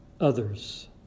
others